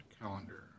calendar